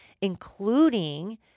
including